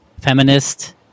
feminist